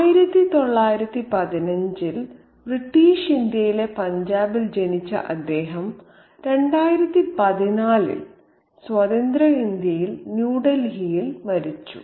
1915 ൽ ബ്രിട്ടീഷ് ഇന്ത്യയിലെ പഞ്ചാബിൽ ജനിച്ച അദ്ദേഹം 2014 ൽ സ്വതന്ത്ര ഇന്ത്യയിൽ ന്യൂഡൽഹിയിൽ മരിച്ചു